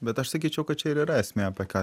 bet aš sakyčiau kad čia ir yra esmė apie ką